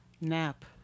Nap